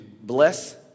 bless